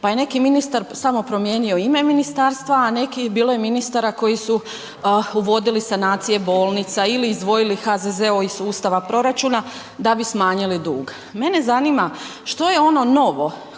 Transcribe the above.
Pa je neki ministar samo promijenio ime ministarstva a neki, bilo je ministara koji uvodili sanacije bolnica ili izdvojili HZZO iz sustava proračuna da bi smanjili dug. Mene zanima što je ono novo,